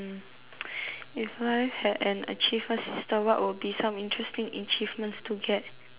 if life had an achievement system what would be some interesting achievements to get